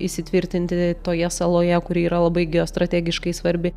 įsitvirtinti toje saloje kuri yra labai geostrategiškai svarbi